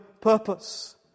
purpose